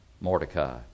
Mordecai